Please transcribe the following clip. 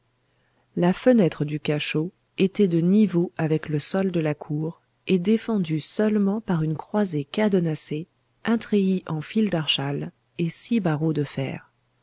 la fenêtre du cachot était de niveau avec le sol de la cour et défendue seulement par une croisée cadenassée un treillis en fil d'archal et six barreaux de fer